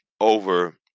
over